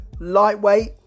lightweight